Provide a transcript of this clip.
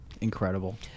Incredible